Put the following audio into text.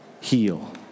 heal